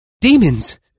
Demons